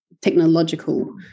technological